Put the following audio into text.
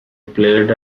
played